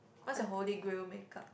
what's your holy grail makeup